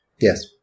Yes